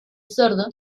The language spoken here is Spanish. sordo